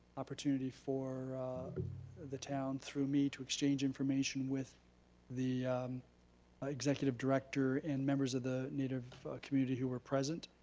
opportunity for the town through me to exchange information with the ah executive director in members of the native community who were present,